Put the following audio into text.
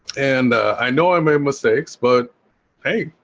and i know i made mistakes. but hey,